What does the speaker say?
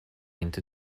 into